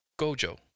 Gojo